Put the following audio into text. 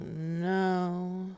no